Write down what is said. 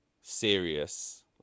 serious